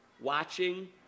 watching